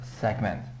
segment